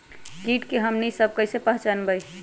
किट के हमनी सब कईसे पहचान बई?